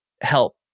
help